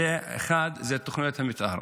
אחד זה תוכניות המתאר.